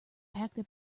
packed